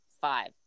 five